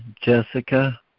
Jessica